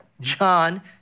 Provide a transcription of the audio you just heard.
John